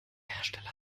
hersteller